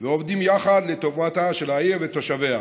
ועובדים יחד לטובתה של העיר ותושביה.